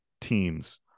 teams